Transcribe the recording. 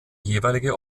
jeweilige